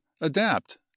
adapt